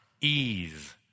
ease